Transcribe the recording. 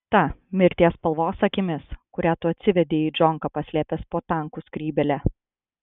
ta mirties spalvos akimis kurią tu atsivedei į džonką paslėpęs po tankų skrybėle